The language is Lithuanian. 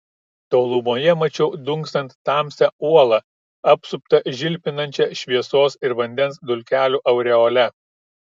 tolumoje mačiau dunksant tamsią uolą apsuptą žilpinančia šviesos ir vandens dulkelių aureole